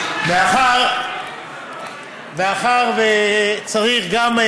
מאחר שצריך גם,